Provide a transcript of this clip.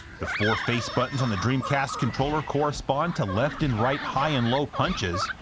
the four face buttons on the dreamcast controller correspond to left and right high and low punches,